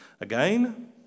Again